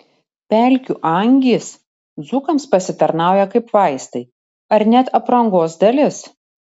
pelkių angys dzūkams pasitarnauja kaip vaistai ar net aprangos dalis